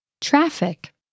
Traffic